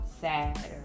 sad